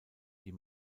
die